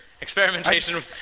experimentation